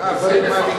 בהודעה,